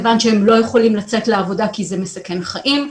כיוון שהם לא יכולים לצאת לעבודה כי זה מסכן חיים,